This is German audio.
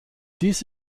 dies